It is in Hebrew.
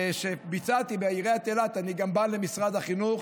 שביצעתי בעיריית אילת, אני גם בא למשרד החינוך.